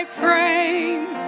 frame